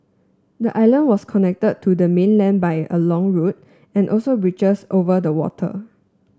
the island was connected to the mainland by a long road and also bridges over the water